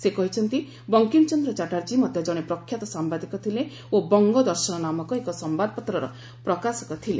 ସେ କହିଛନ୍ତି ବଙ୍କିମ୍ ଚନ୍ଦ୍ର ଚାଟ୍ଟାର୍ଜୀ ମଧ୍ୟ ଜଣେ ପ୍ରଖ୍ୟାତ ସାମ୍ବାଦିକ ଥିଲେ ଓ 'ବଙ୍ଗଦର୍ଶନ' ନାମକ ଏକ ସମ୍ବାଦପତ୍ରର ପ୍ରକାଶନ କରିଥିଲେ